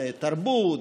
לתרבות,